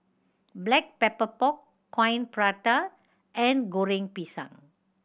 Black Pepper Pork Coin Prata and Goreng Pisang